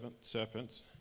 serpents